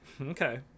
Okay